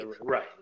Right